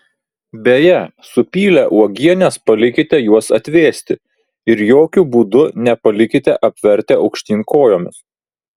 beje supylę uogienes palikite juos atvėsti ir jokiu būdu nepalikite apvertę aukštyn kojomis